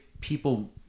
people